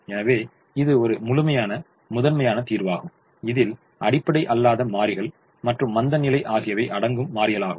எனவே இது ஒரு முழுமையான முதன்மையான தீர்வாகும் இதில் அடிப்படை அல்லாத மாறிகள் மற்றும் மந்தநிலை ஆகியவை அடங்கும் மாறிகளாகும்